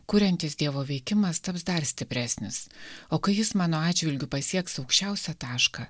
kuriantis dievo veikimas taps dar stipresnis o kai jis mano atžvilgiu pasieks aukščiausią tašką